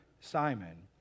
Simon